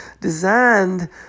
designed